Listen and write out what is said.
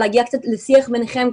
או להגיע קצת לשיח ביניכם?